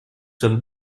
sommes